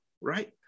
right